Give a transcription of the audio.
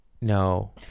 no